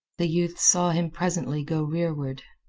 the youth saw him presently go rearward.